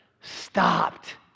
stopped